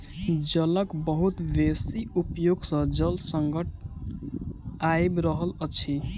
जलक बहुत बेसी उपयोग सॅ जल संकट आइब रहल अछि